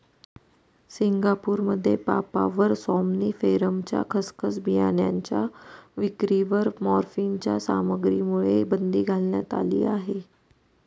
सिंगापूरमध्ये पापाव्हर सॉम्निफेरमच्या खसखस बियाणांच्या विक्रीवर मॉर्फिनच्या सामग्रीमुळे बंदी घालण्यात आली आहे